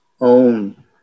own